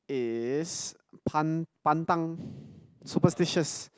is pan~ pantang superstitious